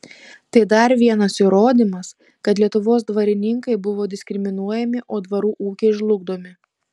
tai dar vienas įrodymas kad lietuvos dvarininkai buvo diskriminuojami o dvarų ūkiai žlugdomi